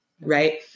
right